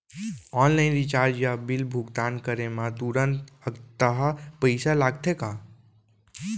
Online recharge या bill भुगतान करे मा तुरंत अक्तहा पइसा लागथे का?